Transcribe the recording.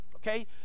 Okay